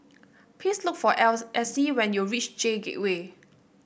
please look for L Essie when you reach J Gateway